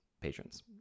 patrons